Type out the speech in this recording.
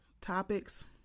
topics